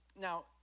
Now